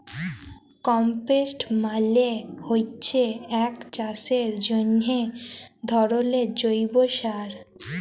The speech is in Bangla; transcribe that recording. কম্পস্ট মালে হচ্যে এক চাষের জন্হে ধরলের জৈব সার